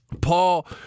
Paul